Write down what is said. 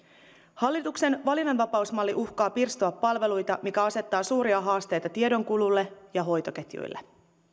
hallituksen valinnanvapausmalli uhkaa pirstoa palveluita mikä asettaa suuria haasteita tiedonkululle ja hoitoketjuille